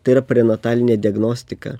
tai yra prenatalinė diagnostika